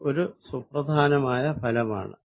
അത് ഒരു സുപ്റധാനമായ ഫലമാണ്